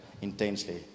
intensely